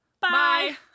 Bye